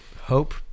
hope